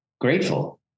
grateful